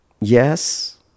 yes